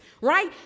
right